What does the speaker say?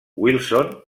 wilson